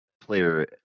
player